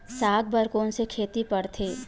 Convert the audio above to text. साग बर कोन से खेती परथे?